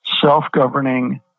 self-governing